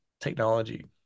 technology